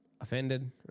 offended